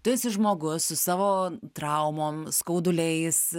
tu esi žmogus su savo traumom skauduliais